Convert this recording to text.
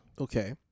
Okay